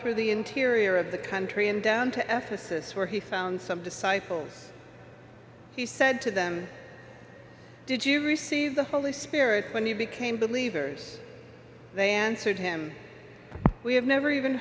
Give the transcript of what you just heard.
through the interior of the country and down to exorcise where he found some disciples he said to them did you receive the holy spirit when he became believers they answered him we have never even